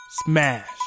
smash